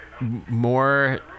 more